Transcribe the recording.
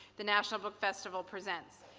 the national book festival presents.